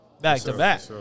back-to-back